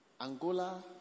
Angola